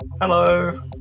Hello